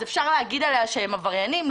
אז אפשר להגיד עליהם שהם עבריינים?